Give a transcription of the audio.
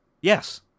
Yes